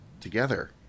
together